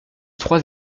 trois